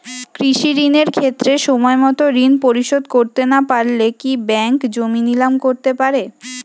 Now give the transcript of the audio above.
কৃষিঋণের ক্ষেত্রে সময়মত ঋণ পরিশোধ করতে না পারলে কি ব্যাঙ্ক জমি নিলাম করতে পারে?